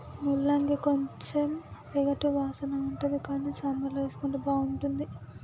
ముల్లంగి కొంచెం ఎగటు వాసన ఉంటది కానీ సాంబార్ల వేసుకుంటే బాగుంటుంది